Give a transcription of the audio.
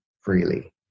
freely